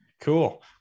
cool